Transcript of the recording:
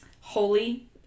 holy